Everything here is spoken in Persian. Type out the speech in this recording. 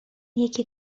یکی